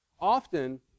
Often